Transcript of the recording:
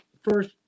first